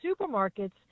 supermarkets